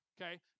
Okay